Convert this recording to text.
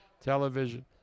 television